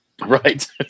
right